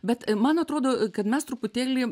bet man atrodo kad mes truputėlį